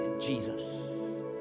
Jesus